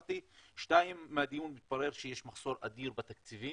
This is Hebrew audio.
שתיים, מהדיון מתברר שיש מחסור אדיר בתקציבים,